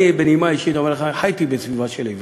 אני בנימה אישית אומר לך: חייתי בסביבה של עיוורים,